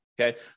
Okay